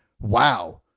wow